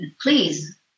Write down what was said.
Please